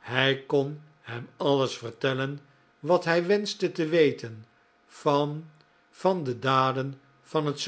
hij kon hem alles vertellen wat hij wenschte te weten van van de daden van het